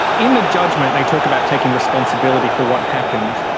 in the judgment they talk about taking responsibility for what happened.